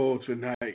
tonight